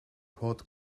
hot